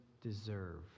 deserve